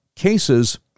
Cases